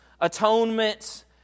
atonement